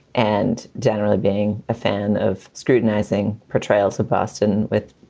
and generally being a fan of scrutinizing portrayals of boston with,